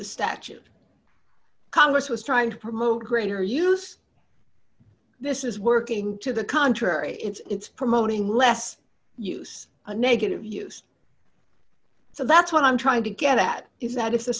the statute congress was trying to promote greater use this is working to the contrary it's promoting less use a negative use so that's what i'm trying to get at is that if the